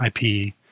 IP